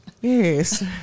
Yes